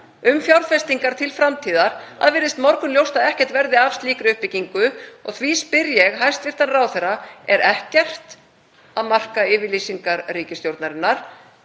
um fjárfestingar til framtíðar að það virðist morgunljóst að ekkert verði af slíkri uppbyggingu. Því spyr ég hæstv. ráðherra: Er ekkert að marka yfirlýsingar ríkisstjórnarinnar,